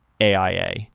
AIA